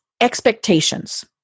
expectations